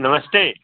नमस्ते